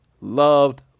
loved